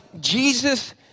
Jesus